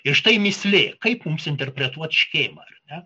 ir štai mįslė kaip mums interpretuoti škėmą ar ne